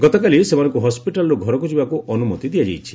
ଗତକାଲି ସେମାନଙ୍କୁ ହସ୍ୱିଟାଲ୍ରୁ ଘରକୁ ଯିବାକୁ ଅନୁମତି ଦିଆଯାଇଛି